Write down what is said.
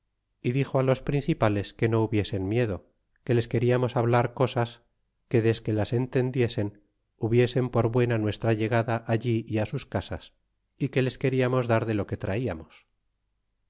y dixo los principales que no hubiesen miedo que les queriamos hablar cosas que desque las entendiesen hubiesen por buena nuestra llegada allí é sus casas é que les queríamos dar de lo que traiamos